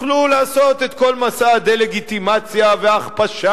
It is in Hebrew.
תוכלו לעשות את כל מסע הדה-לגיטימציה וההכפשה